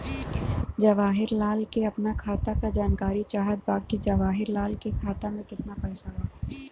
जवाहिर लाल के अपना खाता का जानकारी चाहत बा की जवाहिर लाल के खाता में कितना पैसा बा?